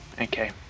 okay